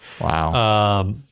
Wow